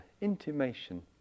intimation